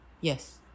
Yes